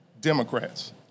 Democrats